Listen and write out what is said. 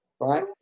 right